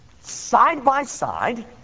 side-by-side